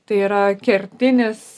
tai yra kertinis